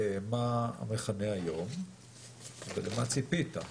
מה המכנה היום וגם מה ציפית.